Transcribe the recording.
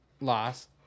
loss